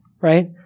right